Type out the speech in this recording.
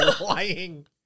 lying